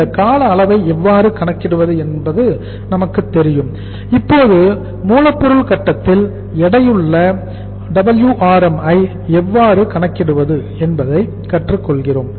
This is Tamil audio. இந்த கால அளவை எவ்வாறு கணக்கிடுவது என்று நமக்குத் தெரியும் இப்போது மூலப்பொருள் கட்டத்தில் எடையுள்ள WRM ஐ எவ்வாறு கணக்கிடுவது என்பதை கற்றுக் கொள்கிறோம்